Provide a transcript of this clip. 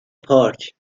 پارک